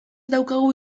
daukagu